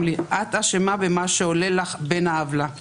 לי: את אשמה במה שעולל לך בן העוולה;